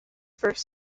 first